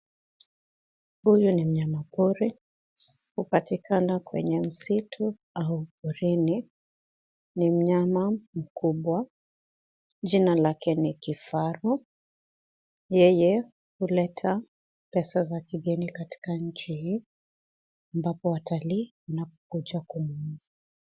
Huyu ni mnyama pori. Hupatikana kwenye msitu au porini. Ni mnyama mkubwa. Jina lake ni kifaru. Yeye huleta pesa za kigeni katika nchi hii, ambapo watalii wanapokuja kumwona.